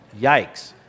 Yikes